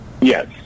yes